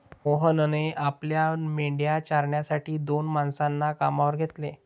मोहनने आपल्या मेंढ्या चारण्यासाठी दोन माणसांना कामावर घेतले